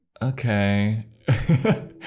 okay